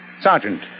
Sergeant